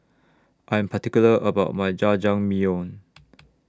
I'm particular about My Jajangmyeon